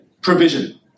Provision